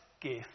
gift